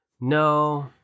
No